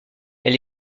elle